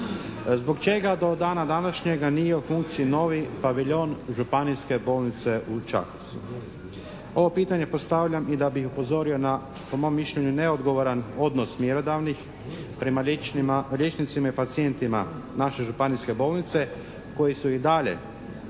Zbog čega do dana današnjega nije u funkciji novi paviljon Županijske bolnice u Čakovcu? Ovo pitanje postavljam i da bi upozorio na po mom mišljenju neodgovoran odnos mjerodavnih prema liječnicima i pacijentima naše županijske bolnice koji su i dalje